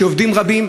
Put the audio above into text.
שיש בה עובדים רבים.